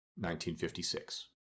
1956